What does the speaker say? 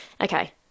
Okay